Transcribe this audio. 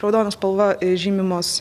raudona spalva žymimos